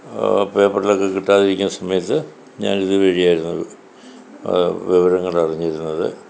പേപ്പറിലൊക്കെ കിട്ടാതിരിക്കുന്ന സമയത്ത് ഞാൻ ഇതുവഴി ആയിരുന്നു വിവരങ്ങൾ അറിഞ്ഞിരുന്നത്